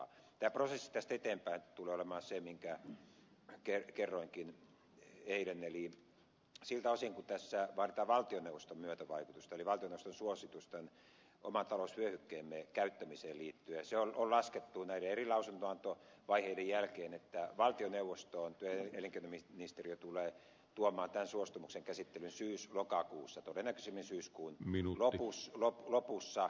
tämä prosessi tästä eteenpäin tulee olemaan se minkä kerroinkin eilen eli siltä osin kun tässä vaaditaan valtioneuvoston myötävaikutusta eli valtioneuvoston suostumusta oman talousvyöhykkeemme käyttämiseen liittyen on laskettu näiden eri lausunnonantovaiheiden jälkeen että työ ja elinkeinoministeriö tulee tuomaan tämän suostumuksen valtioneuvoston käsittelyyn syyslokakuussa todennäköisimmin syyskuun lopussa